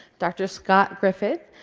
dr. scott griffith,